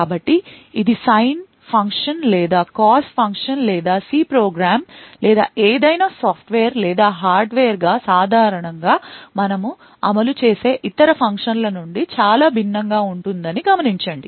కాబట్టి ఇది sine function లేదా కాస్ ఫంక్షన్ లేదా సి ప్రోగ్రామ్ లేదా ఏదైనా సాఫ్ట్వేర్ లేదా హార్డ్వేర్గా సాధారణంగా మనము అమలు చేసే ఇతర ఫంక్షన్ల నుండి చాలా భిన్నంగా ఉంటుందని గమనించండి